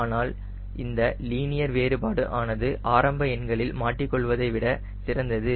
ஆனால் இந்த லீனியர் வேறுபாடு ஆனது ஆரம்ப எண்களில் மாட்டிக் கொள்வதை விட சிறந்தது